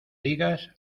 digas